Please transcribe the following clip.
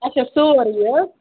اچھا سورُے یہِ حظ